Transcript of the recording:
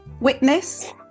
Witness